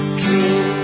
true